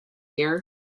here